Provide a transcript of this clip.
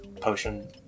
potion